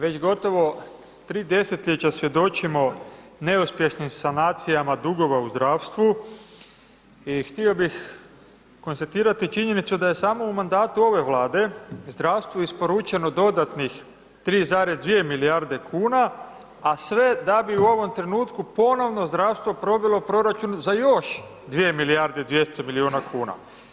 Veći gotovo 3 desetljeća svjedočimo neuspješnim sanacijama dugova u zdravstvu i htio bih konstatirati činjenicu da je samo u mandatu ove Vlade zdravstvu isporučeno dodatnih 3,2 milijarde kuna, a sve da bi u ovom trenutku ponovno zdravstvo probilo proračun za još 2 milijarde i 200 milijuna kuna.